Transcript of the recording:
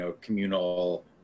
communal